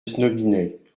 snobinet